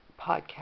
Podcast